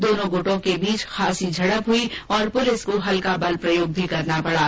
दोनों गुटों के बीच खासी झड़प हुई और पुलिस को हल्का बल प्रयोग भी करना पड़ा